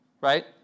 Right